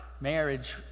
marriage